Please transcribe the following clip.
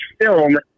film